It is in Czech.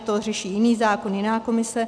To řeší jiný zákon, jiná komise.